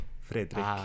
Frederick